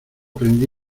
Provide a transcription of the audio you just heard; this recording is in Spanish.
prendí